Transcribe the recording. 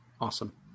awesome